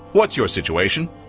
what's your situation?